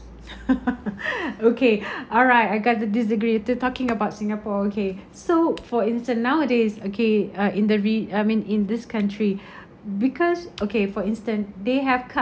okay alright I got to disagree the talking about singapore okay so for instance nowadays okay uh in the re~ I mean in this country because okay for instance they have